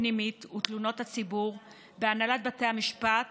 הפנימית ותלונות הציבור בהנהלת בתי המשפט